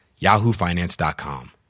yahoofinance.com